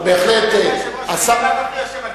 אני מדבר על השרים.